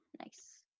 Nice